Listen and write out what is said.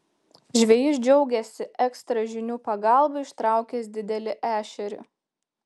žvejys džiaugėsi ekstra žinių pagalba ištraukęs didelį ešerį